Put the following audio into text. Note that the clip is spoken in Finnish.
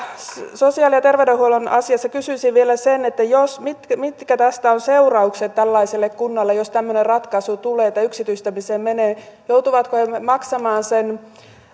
sosiaali ja terveydenhuollon asioista kysyisin vielä sen mitkä mitkä tästä ovat seuraukset tällaiselle kunnalle jos tämmöinen ratkaisu tulee että se yksityistämiseen menee joutuvatko he maksamaan paitsi